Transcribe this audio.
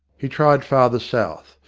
he tried farther south,